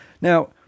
Now